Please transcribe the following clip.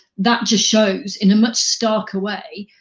that just shows in a much starker way,